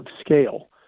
scale